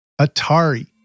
Atari